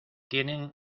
tienen